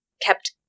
kept